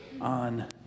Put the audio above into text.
on